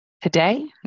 Today